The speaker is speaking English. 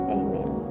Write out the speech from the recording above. amen